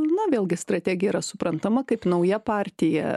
na vėlgi strategija yra suprantama kaip nauja partija